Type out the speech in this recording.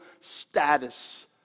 status